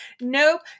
Nope